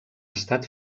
estat